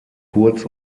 kurz